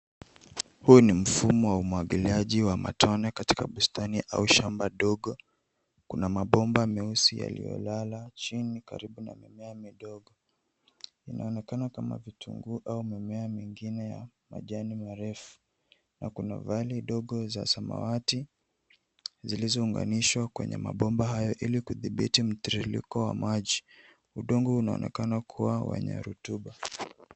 Huu ni mfumo wa umwagiliaji wa matone katika bustani au shamba dogo. Kuna mabomba meusi yaliyolala chini karibu na mimea midogo inaonekana kama vitunguu au mimea mingine ya majani marefu na kuna vali dogo za samawati zilizounganishwa kwenye mabomba hayo ili kudhibiti mtiririko wa maji. Udongo unaonekana kuwa wenye rutuba.